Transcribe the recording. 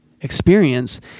experience